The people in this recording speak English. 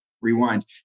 rewind